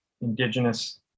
indigenous